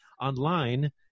online